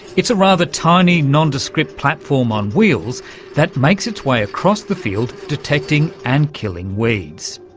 it's a rather tiny non-descript platform on wheels that makes its way across the field detecting and killing weeds.